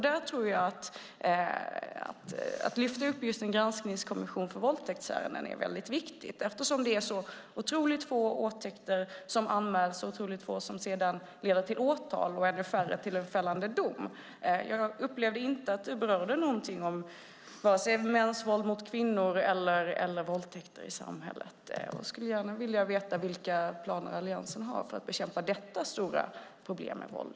Då tror jag att det är viktigt att man lyfter fram en granskningskommission för våldtäktsärenden eftersom det är så otroligt få våldtäkter som anmäls, så otroligt få som sedan leder till åtal och ännu färre som leder till en fällande dom. Jag upplevde inte att du berörde vare sig mäns våld mot kvinnor eller våldtäkter i samhället. Jag skulle gärna vilja veta vilka planer Alliansen har för att bekämpa detta stora problem med våld.